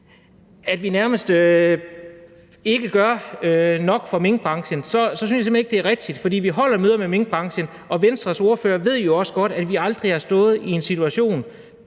at vi ikke gør nok for minkbranchen, så synes jeg simpelt hen ikke, det er rigtigt, for vi holder møder med minkbranchen. Og Venstres ordfører ved jo også godt, at vi aldrig har stået i den her situation